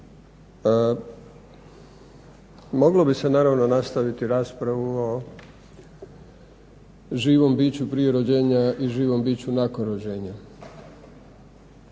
Moglo bi se naravno nastaviti raspravu o živom biću prije rođenja i živom biću nakon rođenja.